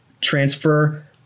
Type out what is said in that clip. Transfer